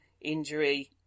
injury